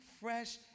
fresh